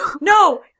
No